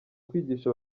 kwigisha